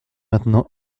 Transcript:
maintenant